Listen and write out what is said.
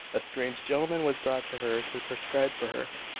a strange gentleman was brought to her to prescribe for her.